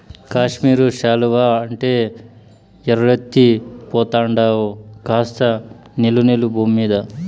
కాశ్మీరు శాలువా అంటే ఎర్రెత్తి పోతండావు కాస్త నిలు నిలు బూమ్మీద